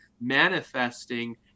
manifesting